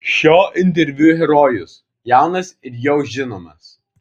šio interviu herojus jaunas ir jau žinomas